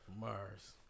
Mars